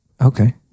Okay